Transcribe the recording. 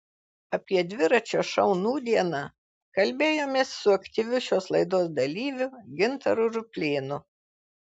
apie dviračio šou nūdieną kalbėjomės su aktyviu šios laidos dalyviu gintaru ruplėnu